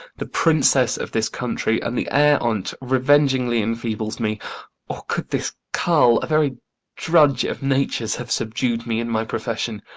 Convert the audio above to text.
the princess of this country, and the air on't revengingly enfeebles me or could this carl, a very drudge of nature's, have subdu'd me in my profession?